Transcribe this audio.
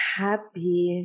happy